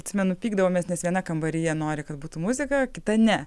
atsimenu pykdavomės nes viena kambaryje nori kad būtų muzika kita ne